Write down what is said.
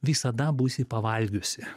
visada būsi pavalgiusi